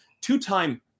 two-time